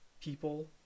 people